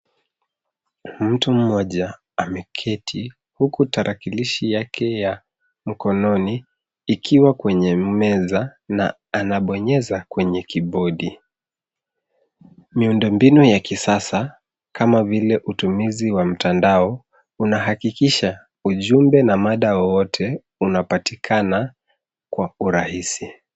Mtu mmoja ameketi huku tarakilishi yake ya mkononi ikiwa kwenye meza na anabonyeza kwenye kibodi. Miundombinu ya kisasa kama vile utumizi wa mtandao unahakikisha ujumbe na mada wowote unapatikana kwa urahisi.